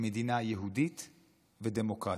כמדינה יהודית ודמוקרטית,